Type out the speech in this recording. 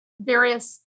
various